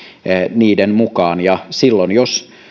niiden mukaan ja jos